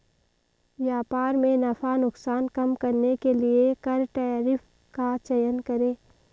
व्यापार में नफा नुकसान कम करने के लिए कर टैरिफ का चयन करे